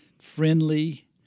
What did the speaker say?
friendly